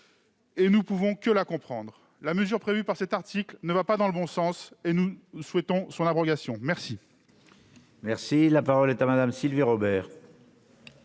et nous ne pouvons que la comprendre. La mesure prévue par cet article ne va pas dans le bon sens. C'est pourquoi nous souhaitons son abrogation. La parole est à Mme Sylvie Robert,